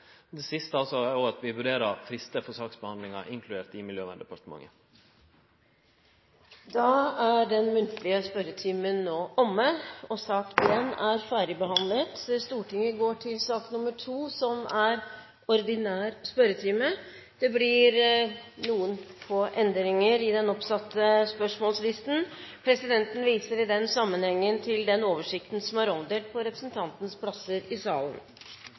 vi no skal gjennomføre forsøk med. Det siste er at vi òg vurderer fristar for saksbehandlingane, inkludert dei i Miljøverndepartementet. Den muntlige spørretimen er omme. Det blir noen få endringer i den oppsatte spørsmålslisten. Presidenten viser i den sammenheng til den oversikt som er omdelt på representantenes plasser i salen.